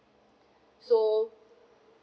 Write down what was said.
so